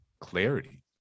clarity